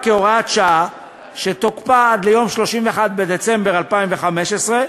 כהוראת שעה שתוקפה עד ליום 31 בדצמבר 2015,